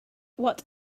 what